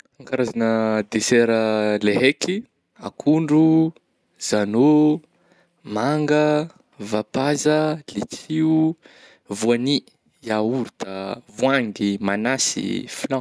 Karazagna desera le haiky akondro, zagnô, manga, vapaza, letsio, voany, yaourta, voahangy, manasy, flan.